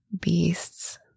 beasts